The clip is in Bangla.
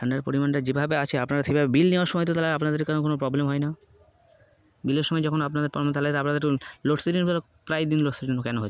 ঠান্ডার পরিমাণটা যেভাবে আছে আপনারা সেভাবে বিল নেওয়ার সময় তো তাহলে আপনাদেরকে কোনো প্রবলেম হয় না বিলের সময় যখন আপনাদের তাহলে তো আপনাদের লোডশেডিং প্রায় দিন লোডশেডিং কেন হয়